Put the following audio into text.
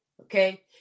okay